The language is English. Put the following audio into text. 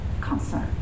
concern